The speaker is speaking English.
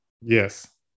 Yes